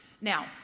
Now